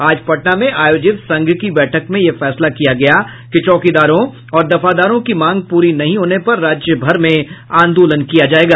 आज पटना में आयोजित संघ की बैठक में यह फैसला किया गया कि चौकीदारों और दफादारों की मांग प्री नहीं होने पर राज्य भर में आंदोलन किया जायेगा